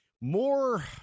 more